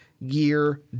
year